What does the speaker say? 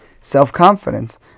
self-confidence